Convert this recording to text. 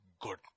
good